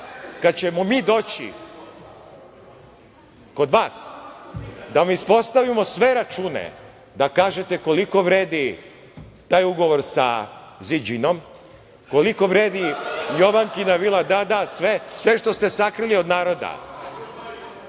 kada ćemo mi doći kod vas da vam ispostavimo sve računa, da kažete koliko vredi taj ugovor sa Ziđinom, koliko vredi Jovankina vila, da, da, sve što ste sakrili od naroda,